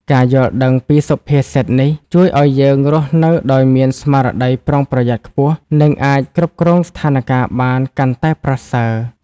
ការយល់ដឹងពីសុភាសិតនេះ ជួយឱ្យយើងរស់នៅដោយមានស្មារតីប្រុងប្រយ័ត្នខ្ពស់ និងអាចគ្រប់គ្រងស្ថានការណ៍បានកាន់តែប្រសើរ។